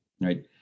right